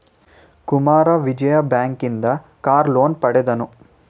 Kumara Vijaya bank ಇಂದ car loan ಪಡೆದನು